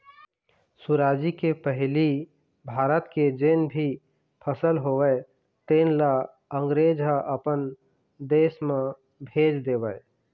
सुराजी के पहिली भारत के जेन भी फसल होवय तेन ल अंगरेज ह अपन देश म भेज देवय